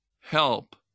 help